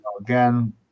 again